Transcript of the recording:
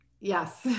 Yes